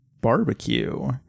barbecue